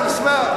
תשמע,